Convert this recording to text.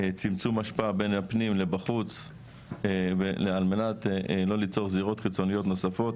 צמצום השפעה בין הפנים לבחוץ על מנת לא ליצור זירות חיצוניות נוספות.